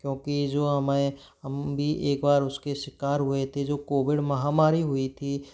क्योंकि जो हमें हम भी एक बार उस के शिकार हुए थे जब कोविड महामारी हुई थी